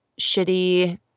shitty